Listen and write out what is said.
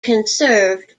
conserved